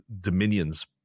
Dominion's